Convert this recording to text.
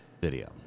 Video